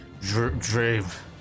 Drave